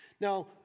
Now